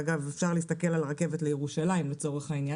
אגב, אפשר להסתכל על הרכבת לירושלים לצורך העניין.